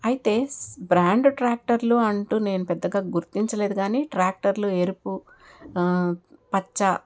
అయితే బ్రాండ్ ట్రాక్టర్లు అంటూ నేను పెద్దగా గుర్తించలేదు కానీ ట్రాక్టర్లు ఎరుపు పచ్చ